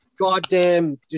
goddamn